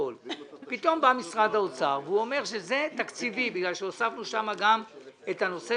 פתאום בא משרד האוצר והוא אומר שזה תקציבי כי הוספנו שם גם את הנושא